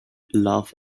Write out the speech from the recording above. love